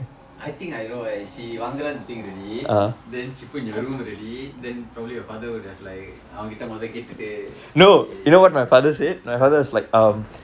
I think I know why she வாங்குறான்:vaanguraan the thing already then she put in your room already then probably your father would have like அவன் கிட்ட முதல கேட்டுவிட்டு சரி:avan kitta muthala kaetuvittu sari what